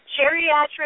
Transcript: geriatric